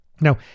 Now